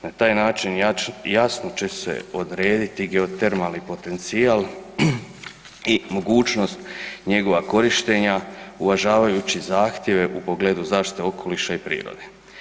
Na taj način jasno će se odrediti geotermalni potencijal i mogućnost njegova korištenja uvažavajući zahtjeve u pogledu zaštite okoliša i prirode.